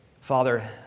Father